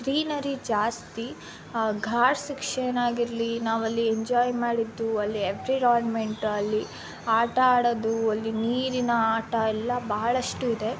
greenery ಜಾಸ್ತಿ ghat section ಆಗಿರಲಿ ನಾವಲ್ಲಿ ಎಂಜಾಯ್ ಮಾಡಿದ್ದು ಅಲ್ಲಿ ಎವ್ರಿರಾನ್ಮೆಂಟ್ ಅಲ್ಲಿ ಆಟ ಆಡೋದು ಅಲ್ಲಿ ನೀರಿನ ಆಟ ಎಲ್ಲ ಬಹಳಷ್ಟು ಇದೆ